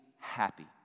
happy